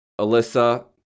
Alyssa